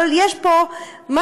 אבל יש פה משהו,